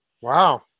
Wow